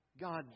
God